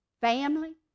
Family